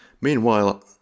Meanwhile